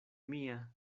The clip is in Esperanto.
mia